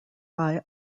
eye